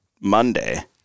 Monday